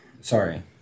sorry